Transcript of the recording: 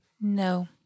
No